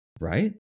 Right